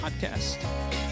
podcast